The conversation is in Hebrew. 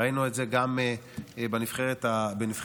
ראינו את זה גם בנבחרת הנוער,